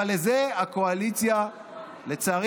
אבל לזה לצערי הרב הקואליציה תתנגד.